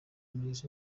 muri